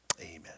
amen